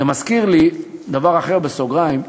זה מזכיר לי דבר אחר, בסוגריים.